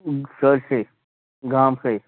سٲرسٕے گام سٕے